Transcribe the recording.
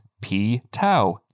P-tau